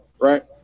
right